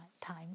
time